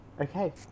Okay